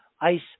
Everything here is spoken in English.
ice